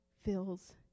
fills